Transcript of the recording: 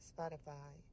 Spotify